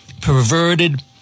perverted